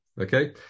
Okay